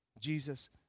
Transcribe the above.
Jesus